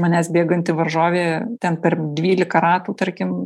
manęs bėganti varžovė ten per dvylika ratų tarkim